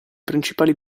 principali